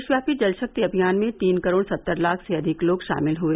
देशव्यापी जलशक्ति अभियान में तीन करोड़ सत्तर लाख से अधिक लोग शामिल हुए